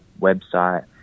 website